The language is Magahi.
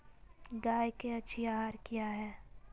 गाय के अच्छी आहार किया है?